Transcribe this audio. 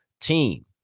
team